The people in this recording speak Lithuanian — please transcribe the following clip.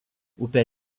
upė